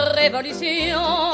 révolution